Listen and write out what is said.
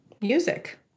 music